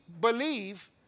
believe